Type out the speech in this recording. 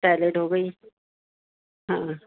salad ہو گئی ہاں